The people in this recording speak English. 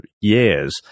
years